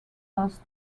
lost